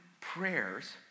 prayers